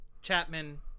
Chapman